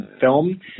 film